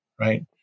Right